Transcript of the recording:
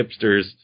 hipsters